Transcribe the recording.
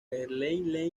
helene